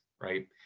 right